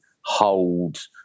hold